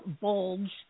bulge